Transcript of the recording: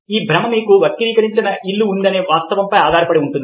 ఈ భ్రమ మీకు వక్రీకరించిన ఇల్లు ఉందనే వాస్తవంపై ఆధారపడి ఉంటుంది